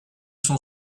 cent